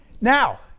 now